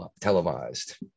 televised